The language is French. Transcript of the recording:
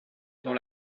dans